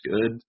good